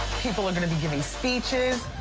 people are gonna be giving speeches.